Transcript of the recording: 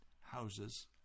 houses